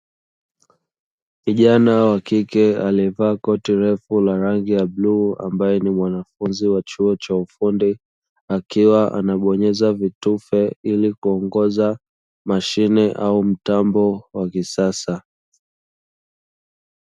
Kijana wa kike aliyevaa koti refu la rangi ya bluu ambaye ni mwanafunzi wa chuo cha ufundi, akiwa anabonyeza vitufe ili kuongoza mashine au mtambo wa kisasa.